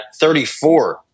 34